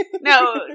no